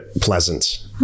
pleasant